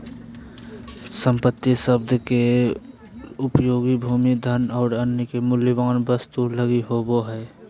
संपत्ति शब्द के उपयोग भूमि, धन और अन्य मूल्यवान वस्तु लगी होवे हइ